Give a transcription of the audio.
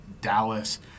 Dallas